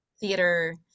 theater